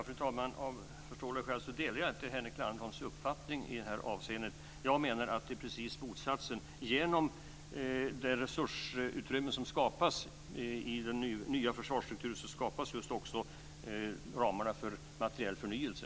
Fru talman! Av förståeliga skäl delar jag inte Henrik Landerholms uppfattning i det här avseendet. Jag menar att det är precis motsatsen. Genom det resursutrymme som skapas i den nya försvarsstrukturen skapas också ramarna för just materiell förnyelse.